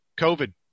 covid